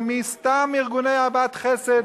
וסתם ארגוני אהבת חסד,